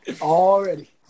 Already